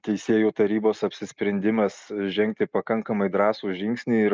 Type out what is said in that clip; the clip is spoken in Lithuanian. teisėjų tarybos apsisprendimas žengti pakankamai drąsų žingsnį ir